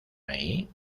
ahí